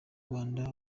rwanda